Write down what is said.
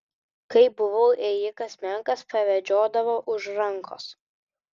kai buvau ėjikas menkas pavedžiodavo už rankos